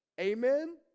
Amen